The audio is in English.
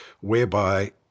whereby